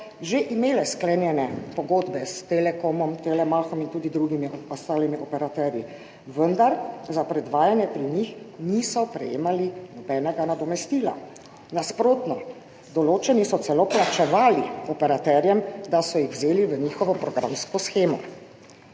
že imeli sklenjene pogodbe s Telekomom, Telemachom in tudi drugimi operaterji, vendar za predvajanje pri njih niso prejemali nobenega nadomestila. Nasprotno, določeni so celo plačevali operaterjem, da so jih vzeli v svojo programsko shemo.